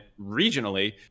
regionally